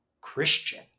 Christian